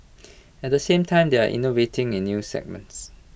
at the same time they are innovating in new segments